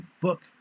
book